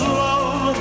love